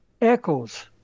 echoes